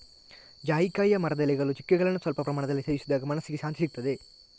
ಜಾಯಿಕಾಯಿಯ ಮರದ ಎಲೆಗಳು, ಚಕ್ಕೆಗಳನ್ನ ಸ್ವಲ್ಪ ಪ್ರಮಾಣದಲ್ಲಿ ಸೇವಿಸಿದಾಗ ಮನಸ್ಸಿಗೆ ಶಾಂತಿಸಿಗ್ತದೆ